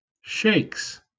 shakes